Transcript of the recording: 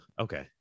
okay